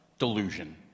delusion